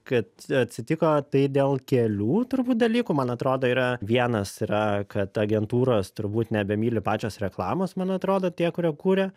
kad atsitiko tai dėl kelių turbūt dalykų man atrodo yra vienas yra kad agentūros turbūt nebemyli pačios reklamos man atrodo tie kurie kuria